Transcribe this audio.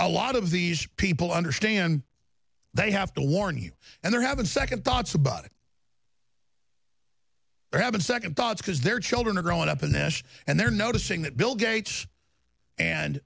a lot of these people understand they have to warn you and they're having second thoughts about it having second thoughts because their children are growing up in nash and they're noticing that bill gates and